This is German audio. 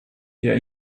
der